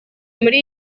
muri